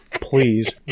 Please